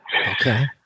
Okay